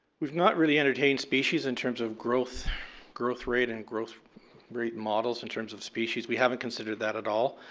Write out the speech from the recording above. we've not really entertained species in terms of growth growth rate and growth rate models in terms of species. we haven't considered that at all.